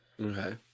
Okay